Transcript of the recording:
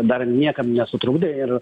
dar niekam nesutrukdė ir